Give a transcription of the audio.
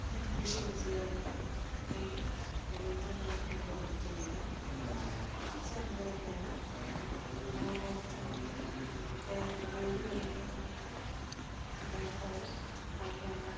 നെൽക്കൃഷിയൊക്കെ ചെയ്യുകയാണെങ്കിൽ അതിന് അനുയോജ്യമായ മഴ ലഭിക്കുന്നില്ല തിരിച്ച് അങ്ങനെ തന്നെയാണ് വേനൽക്കാലത്ത് വെയിലു തെളിയേണ്ട സമയത്ത് അതിനു പകരം മഴയാണ്